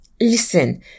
Listen